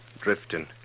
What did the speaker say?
drifting